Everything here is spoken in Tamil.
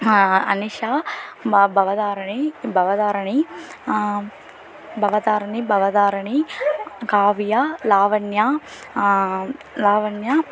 அனிஷா பா பவதாரணி பவதாரணி பவதாரணி பவதாரணி காவியா லாவண்யா லாவண்யா